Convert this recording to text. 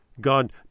God